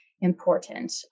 important